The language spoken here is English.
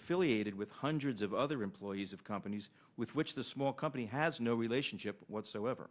affiliated with hundreds of other employees of companies with which the small company has no relationship whatsoever